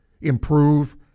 improve